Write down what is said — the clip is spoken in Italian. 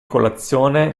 colazione